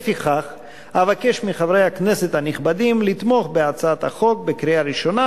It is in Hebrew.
אבקש מחברי הכנסת הנכבדים לתמוך בהצעת החוק בקריאה ראשונה,